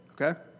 okay